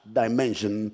dimension